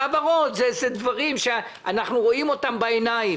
העברות הן דברים שאנחנו רואים אותם בעיניים.